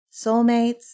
soulmates